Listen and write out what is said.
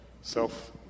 self